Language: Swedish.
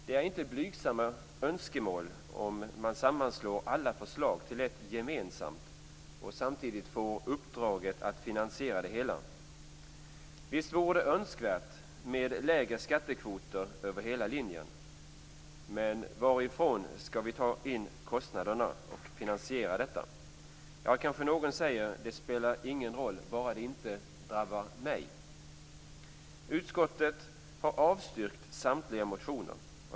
Det är inte blygsamma önskemål om man sammanslår alla förslag till ett gemensamt och samtidigt får uppdraget att finansiera det hela. Visst vore det önskvärt med lägre skattekvoter över hela linjen, men varifrån skall vi ta in kostnaderna och finansiera detta? Ja, kanske någon säger, det spelar ingen roll, bara det inte drabbar mig. Utskottet har avstyrkt samtliga motioner.